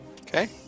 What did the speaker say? Okay